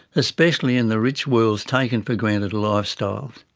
especially in the rich world's taken-for-granted lifestyles.